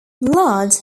blood